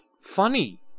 funny